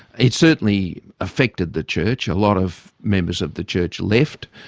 it's certainly affected the church, a lot of members of the church left,